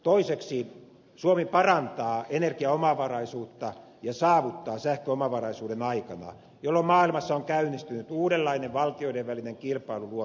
toiseksi suomi parantaa energiaomavaraisuutta ja saavuttaa sähköomavaraisuuden aikana jolloin maailmassa on käynnistynyt uudenlainen valtioiden välinen kilpailu luonnonvaroista